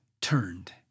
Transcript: Turned